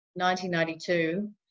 1992